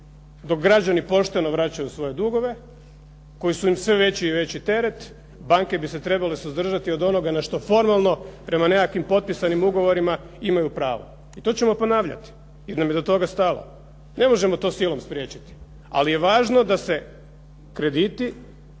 Dok građani pošteno vraćaju svoje dugove koji su im sve veći i veći teret, banke bi se trebale suzdržati od onoga na što formalno prema nekakvim potpisanim ugovorima imaju pravo. I to ćemo ponavljati jer nam je do toga stalo. Ne možemo to silom spriječiti. Ali je važno da se krediti,